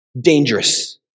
dangerous